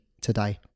today